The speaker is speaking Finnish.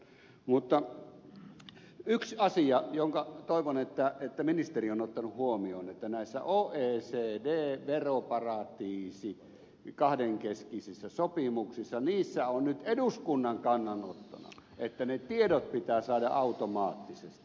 mutta yksi asia josta toivon että ministeri on sen ottanut huomioon on se että näissä oecd veroparatiisien kahdenkeskisissä sopimuksissa on nyt eduskunnan kannanottona että ne tiedot pitää saada automaattisesti